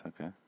okay